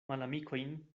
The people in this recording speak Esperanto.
malamikojn